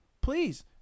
please